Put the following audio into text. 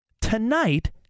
Tonight